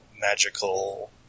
magical